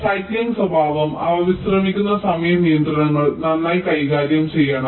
cycling സ്വഭാവം അവ വിശ്രമിക്കുന്ന സമയ നിയന്ത്രണങ്ങൾ നന്നായി കൈകാര്യം ചെയ്യണം